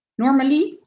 normally,